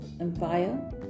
empire